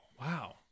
Wow